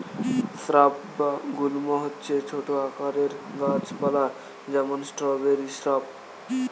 shrub বা গুল্ম হচ্ছে ছোট আকারের গাছ পালা, যেমন স্ট্রবেরি শ্রাব